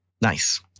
Nice